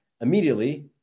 immediately